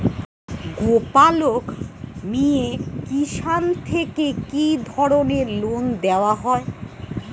গোপালক মিয়ে কিষান থেকে কি ধরনের লোন দেওয়া হয়?